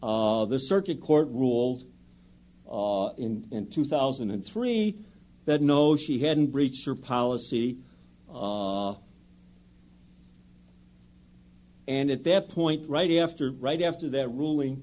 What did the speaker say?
of the circuit court ruled in and two thousand and three that no she hadn't breached her policy and at that point right after right after that ruling